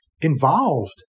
involved